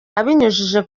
abinyujije